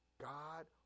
God